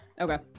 okay